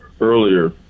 earlier